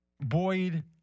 Boyd